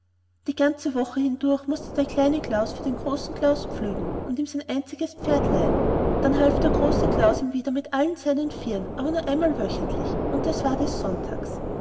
die ganze woche hindurch mußte der kleine klaus für den großen klaus pflügen und ihm sein einziges pferd leihen dann half der große klaus ihm wieder mit allen seinen vieren aber nur einmal wöchentlich und das war des sonntags